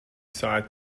ساعت